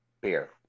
beer